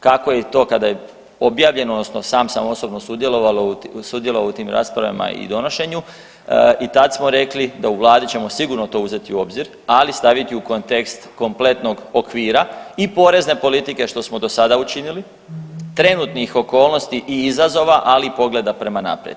Kako je i to kada je objavljeno odnosno sam sam osobno sudjelovao u tim raspravama i donošenju i tad smo rekli da u Vladi ćemo sigurno to uzeti u obzir, ali staviti i u kontekst kompletnog okvira i porezne politike što smo do sada učinili, trenutnih okolnosti i izazova, ali i pogleda prema naprijed.